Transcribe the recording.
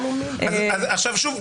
שוב,